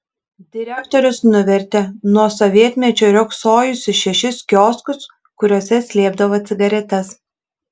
direktorius nuvertė nuo sovietmečio riogsojusius šešis kioskus kuriuose slėpdavo cigaretes